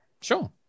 sure